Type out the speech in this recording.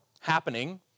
happening